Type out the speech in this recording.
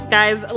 Guys